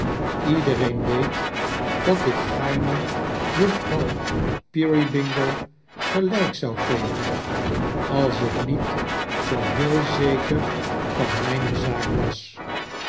iedereea weet dat ik gaame juffrouw peeryhingle gelijk zou geven als ik niet zoo heel zeker van mijne zaak was